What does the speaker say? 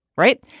right.